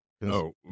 No